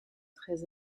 traits